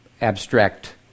abstract